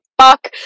fuck